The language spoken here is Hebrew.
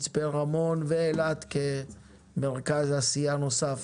מצפה רמון ואילת כמרכז עשייה נוסף.